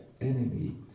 enemy